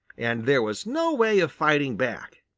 and there was no way of fighting back.